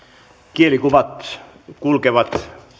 kielikuvat kulkevat